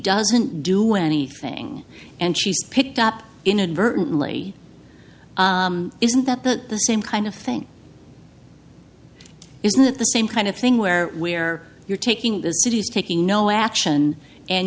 doesn't do anything and she's picked up inadvertently isn't that the the same kind of thing isn't the same kind of thing where where you're taking the cities taking no action and